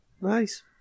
Nice